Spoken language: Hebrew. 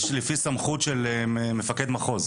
יש לפי סמכות של מפקד מחוז?